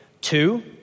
Two